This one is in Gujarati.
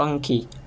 પંખી